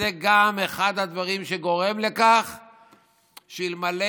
זה גם אחד הדברים שגורם לכך ש"אלמלא